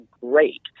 great